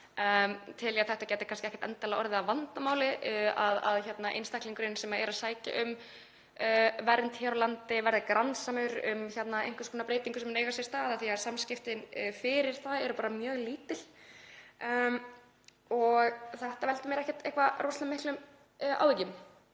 ég að þetta gæti kannski ekki endilega orðið að vandamáli, að einstaklingurinn sem er að sækja um vernd hér á landi verði grandsamur um einhvers konar breytingar sem eiga sér stað af því að samskiptin fyrir það eru bara mjög lítil og þetta veldur mér ekki rosalega miklum áhyggjum.